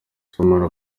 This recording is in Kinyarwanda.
sibomana